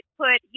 put